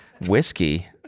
whiskey